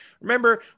Remember